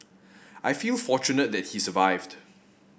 I feel fortunate that he survived